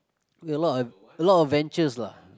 we a lot a lot of ventures lah